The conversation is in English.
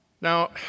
Now